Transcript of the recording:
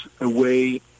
away